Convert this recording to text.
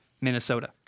Minnesota